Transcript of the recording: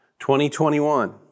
2021